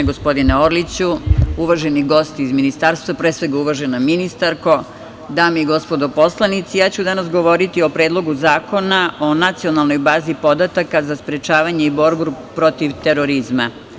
Uvaženi gosti iz ministarstva, pre svega, uvažena ministarko, dame i gospodo poslanici, ja ću danas govoriti o Predlogu zakona o Nacionalnoj bazi podataka za sprečavanje i borbu protiv terorizma.